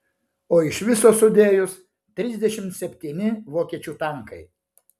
o iš viso sudėjus trisdešimt septyni vokiečių tankai